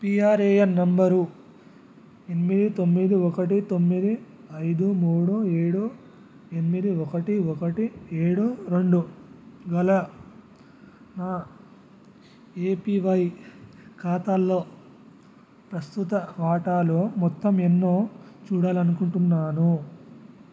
PRAN number ఎనిమిది తొమ్మిది ఒకటి తొమ్మిది ఐదు మూడు ఏడు ఎనిమిది ఒకటి ఒకటి ఏడు రెండు గల నా ఏపీవై ఖాతాలో ప్రస్తుత వాటాలు మొత్తం ఎన్నో చూడాలనుకుంటున్నాను